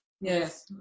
Yes